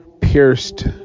pierced